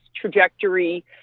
trajectory